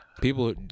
people